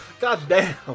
Goddamn